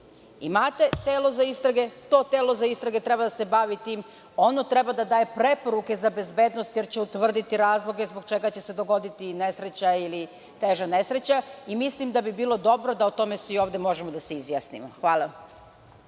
Imate telo za istrage. To telo za istrage treba da se bavi tim. Ono treba da daje preporuke za bezbednost jer će utvrditi razloge zbog čega će se dogoditi nesreće ili teža nesreća. Mislim, da bi bilo dobro da svi ovde možemo da se izjasnimo. Hvala.